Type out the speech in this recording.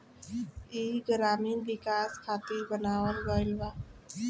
ई ग्रामीण विकाश खातिर बनावल गईल बा